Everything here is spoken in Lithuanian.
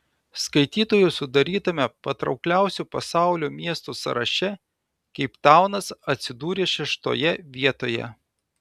skaitytojų sudarytame patraukliausių pasaulio miestų sąraše keiptaunas atsidūrė šeštoje vietoje